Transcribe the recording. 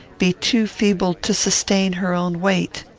be too feeble to sustain her own weight.